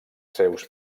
seus